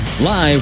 Live